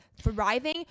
thriving